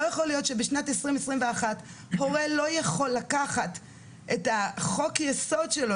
לא יכול להיות שבשנת 2021 הורה לא יכול לקחת את החוק יסוד שלו